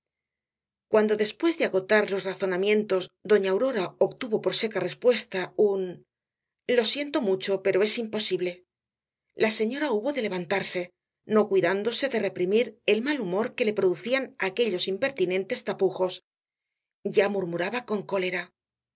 cuando después de agotar los razonamientos doña aurora obtuvo por seca respuesta un lo siento mucho pero es imposible la señora hubo de levantarse no cuidándose de reprimir el mal humor que le producían aquellos impertinentes tapujos ya murmuraba con cólera